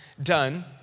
done